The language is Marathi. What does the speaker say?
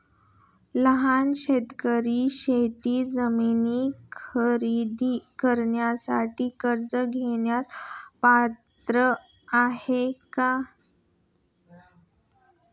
लहान शेतकरी शेतजमीन खरेदी करण्यासाठी कर्ज घेण्यास पात्र आहेत का?